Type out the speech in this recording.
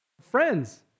friends